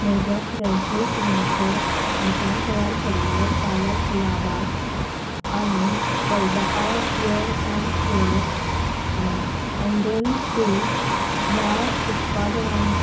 म्हज्या फ्रॅशो सिग्नेचर हातान तयार केल्लो पालक लावाश आनी फलदा आ प्यॉर एन श्वर एंडेल तेल ह्या उत्पादनान